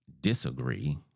disagree